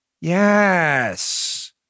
Yes